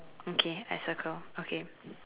okay I circle okay